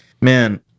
Man